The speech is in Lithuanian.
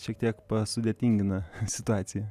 šiek tiek pasudėtingina situaciją